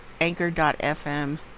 anchor.fm